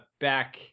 back